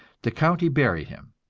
the county buried him,